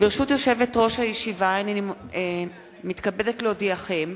ברשות יושבת-ראש הישיבה, הנני מתכבדת להודיעכם,